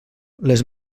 les